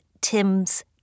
Tim's